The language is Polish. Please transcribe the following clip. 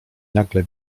nagle